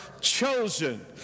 chosen